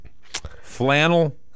flannel